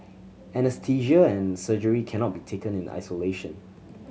anaesthesia and surgery cannot be taken in isolation